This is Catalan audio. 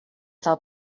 del